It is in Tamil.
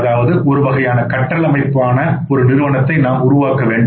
அதாவது ஒரு வகையான கற்றல் அமைப்பான ஒரு நிறுவனத்தை நாம் உருவாக்க வேண்டும்